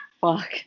fuck